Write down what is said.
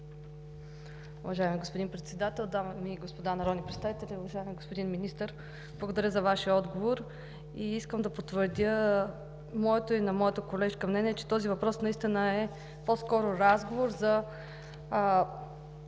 Уважаеми господин Председател, дами и господа народни представители! Уважаеми господин Министър, благодаря за Вашия отговор. Искам да потвърдя моето и на моята колежка мнение, че този въпрос наистина е по-скоро разговор за